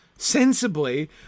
Sensibly